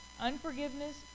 Unforgiveness